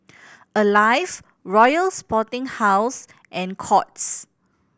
Alive Royal Sporting House and Courts